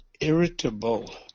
irritable